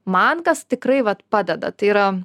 man kas tikrai vat padeda tai yra